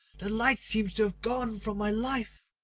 the light seems to have gone from my life,